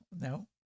no